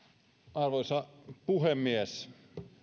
arvoisa puhemies